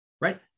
right